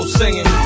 singing